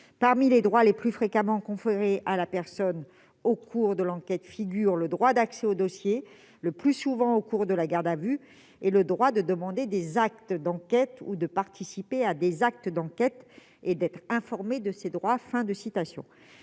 parmi les droits les plus fréquemment conférés à la personne au cours de l'enquête figurent le droit d'accès au dossier, le plus souvent au cours de la garde à vue, et le droit de demander des actes d'enquête ou de participer à des actes d'enquête et d'être informé de ses droits